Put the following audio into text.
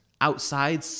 outside